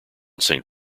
saint